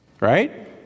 right